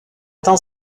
temps